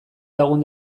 lagun